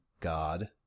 God